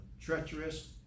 treacherous